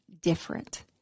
different